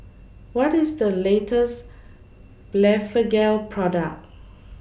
What IS The latest Blephagel Product